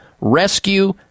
Rescue